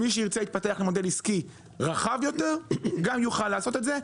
מי שירצה יתפתח למודל עסקי רחב יותר גם יוכל לעשות את זה.